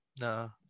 No